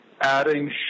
adding